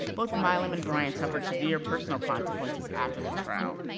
both milam and bryant suffered severe personal consequences after the trial.